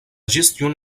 gestion